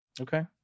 Okay